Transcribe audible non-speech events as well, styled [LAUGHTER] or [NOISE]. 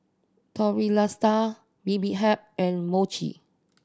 [UNINTELLIGIBLE] Bibimbap and Mochi